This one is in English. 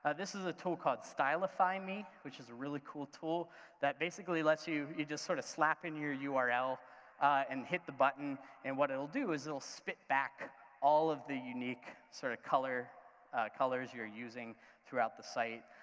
and this is a tool called stylify me, which is a really cool tool that basically lets you you just sort of slap in your ah url and hit the button and what it'll do is it'll spit back all of the unique sort of colors you're using throughout the site,